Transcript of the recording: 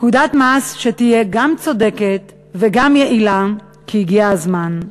פקודת מס שתהיה גם צודקת וגם יעילה, כי הגיע הזמן.